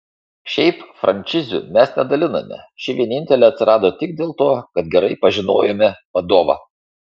šiaip frančizių mes nedaliname ši vienintelė atsirado tik dėl to kad gerai pažinojome vadovą